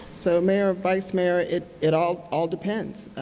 so mayor, vice mayor, it it all all depends,